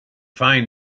find